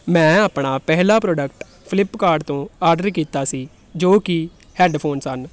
ਮੈਂ ਆਪਣਾ ਪਹਿਲਾ ਪ੍ਰੋਡਕਟ ਫਲਿਪਕਾਰਡ ਤੋਂ ਆਰਡਰ ਕੀਤਾ ਸੀ ਜੋ ਕਿ ਹੈਡਫੋਨ ਸਨ